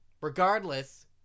Regardless